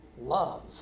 love